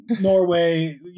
Norway